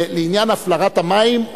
לעניין הפלרת המים,